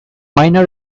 minor